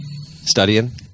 Studying